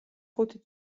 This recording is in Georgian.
ხუთი